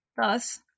Thus